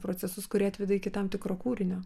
procesus kurie atveda iki tam tikro kūrinio